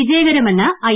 വിജയകരമെന്ന് I